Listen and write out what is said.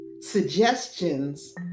suggestions